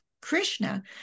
Krishna